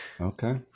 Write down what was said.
Okay